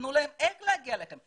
תאמרו להם איך להגיע אליכם.